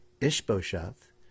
Ishbosheth